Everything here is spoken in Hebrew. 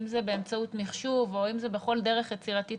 אם זה באמצעות מחשוב או אם זה בכל דרך יצירתית